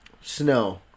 snow